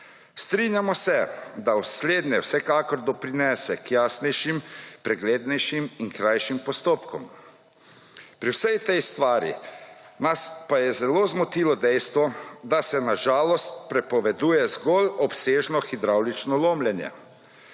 Strinjamo se, da slednje vsekakor doprinese k jasnejšim, preglednejšim in krajšim postopkom. Pri vsej tej stvari nas pa je zelo zmotilo dejstvo, da se na žalost prepoveduje zgolj obsežno hidravlično lomljenje